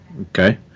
Okay